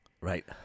Right